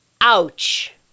ouch